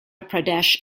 pradesh